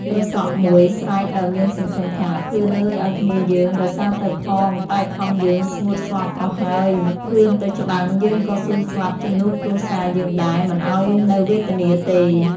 ត្រសក់មួយស្រែកដោយមានសង្ឃឹមថា “ ភឿនអើយឱ្យគ្នាយើងដោយសារទៅផង តែ ខំយើងស្ងួតស្លាប់អស់ហើយ ភឿនទៅច្បាំងយើងក៏ស៊ូស្លាប់ជំនួសគ្រួសារយើងដែរ មិនឱ្យនៅវេទនាទេ ” ។